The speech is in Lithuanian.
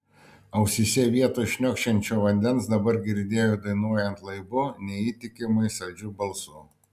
ausyse vietoj šniokščiančio vandens dabar girdėjo dainuojant laibu neįtikimai saldžiu balsu